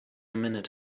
minute